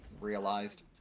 realized